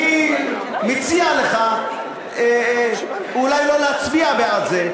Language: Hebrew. אני מציע לך אולי לא להצביע בעד זה,